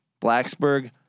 Blacksburg